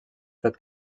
fet